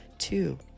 two